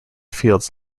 fields